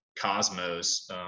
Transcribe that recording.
Cosmos